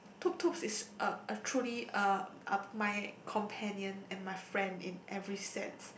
Tutu is a a truly uh uh my companion and my friend in every sense